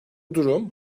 durum